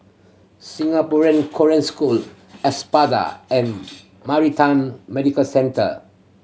Singapore Korean School Espada and Maritime Medical Centre